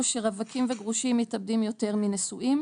שרווקים וגרושים מתאבדים יותר מנשואים.